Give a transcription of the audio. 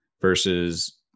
versus